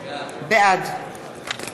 בעד